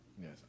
Yes